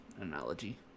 analogy